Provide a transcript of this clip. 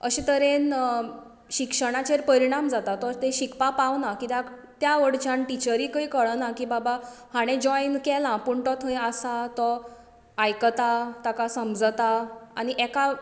अशें तरेन शिक्षणाचेर परिणाम जाता तो ते शिकपाक पावना कित्याक त्या वटेनच्यान टिचरीकूय कळना की बाबा जोयन केलां पूण तो थंय आसा तो आयकता ताका समजता आनी एका